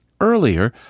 earlier